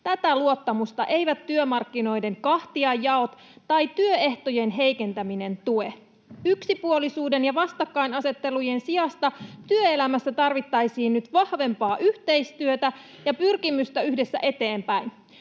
Tätä luottamusta eivät työmarkkinoiden kahtia-jaot tai työehtojen heikentäminen tue. Yksipuolisuuden ja vastakkainasettelujen sijasta työelämässä tarvittaisiin nyt vahvempaa yhteistyötä ja pyrkimystä yhdessä eteenpäin.